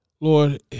Lord